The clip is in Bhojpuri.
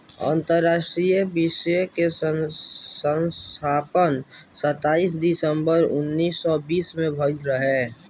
अंतरराष्ट्रीय वित्तीय संघ स्थापना सताईस दिसंबर उन्नीस सौ पैतालीस में भयल रहे